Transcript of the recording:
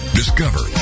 discover